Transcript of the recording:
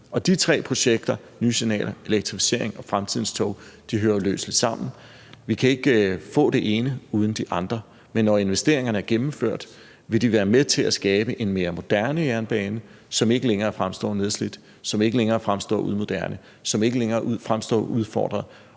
De tre projekter – nye signaler, en elektrificering og fremtidens tog – hører uløseligt sammen. Vi kan ikke få det ene uden de andre, men når investeringerne er gennemført, vil de være med til at skabe en mere moderne jernbane, som ikke længere fremstår nedslidt, som ikke længere fremstår umoderne, som ikke længere fremstår udfordret,